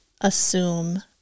assume